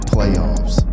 playoffs